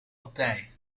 abdij